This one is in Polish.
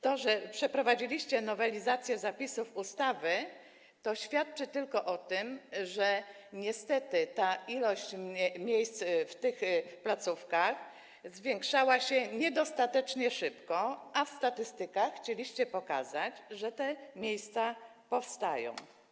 To, że przeprowadziliście nowelizację zapisów ustawy, świadczy tylko o tym, że niestety ilość miejsc w tych placówkach zwiększała się niedostatecznie szybko, a w statystykach chcieliście pokazać, że te miejsca powstają.